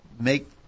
make